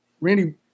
Randy